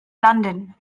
london